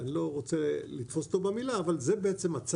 אני לא רוצה לתפוס אותו במילה אבל זה עצר